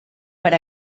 per